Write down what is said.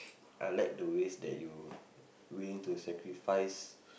I like the ways that you willing to sacrifice